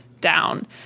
down